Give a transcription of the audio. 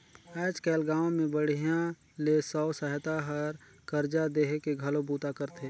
आयज कायल गांव मे बड़िहा ले स्व सहायता हर करजा देहे के घलो बूता करथे